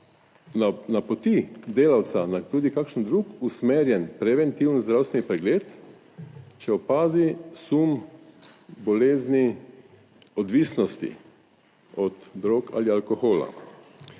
napoti delavca tudi kakšen drug usmerjen preventivni zdravstveni pregled, če opazi sum bolezni, odvisnosti, od drog ali alkohola